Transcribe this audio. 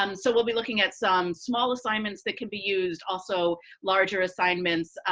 um so we'll be looking at some small assignments that can be used, also larger assignments,